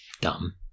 dumb